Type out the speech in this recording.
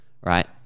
Right